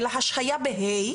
אלא השהייה ב-"ה",